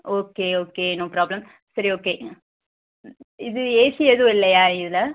okay okay no problem சரி okay இது AC எதுவும் இல்லையா இதில்